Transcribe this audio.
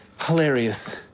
hilarious